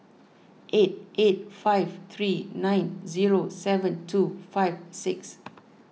eight eight five three nine zero seven two five six